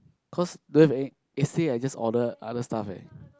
cause don't have any yesterday I just order other stuff eh